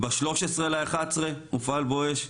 ב-13.11 הופעל "בואש",